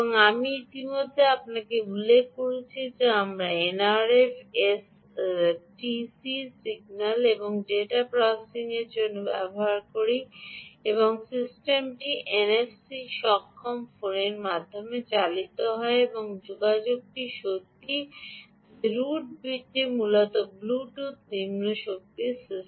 আমি ইতিমধ্যে আপনাকে উল্লেখ করেছি যে আমরা এই এনআরএফ 51822 এসসিটি সিগন্যাল এবং ডেটা প্রসেসিংয়ের জন্য ব্যবহার করি এবং সিস্টেমটি এনএফসি সক্ষম ফোনের মাধ্যমে চালিত হয় এবং যোগাযোগটি সত্য যে রুট বিটি মূলত ব্লুটুথ নিম্ন শক্তি সিস্টেম